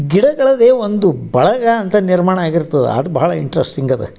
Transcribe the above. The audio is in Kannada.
ಗಿಡಗಳದೆ ಒಂದು ಬಳಗೆ ಅಂತ ನಿರ್ಮಾಣ ಆಗಿರ್ತದ ಅದು ಬಹಳ ಇಂಟ್ರೆಸ್ಟಿಂಗ್ ಅದ